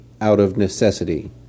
out-of-necessity